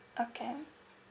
okay